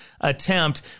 attempt